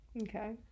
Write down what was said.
Okay